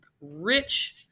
rich